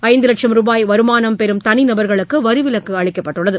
ஐந்து லட்சம் ரூபாய் வருமானம் பெறும் தனி நபர்களுக்கு வரி விலக்கு அளிக்கப்பட்டுள்ளது